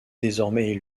désormais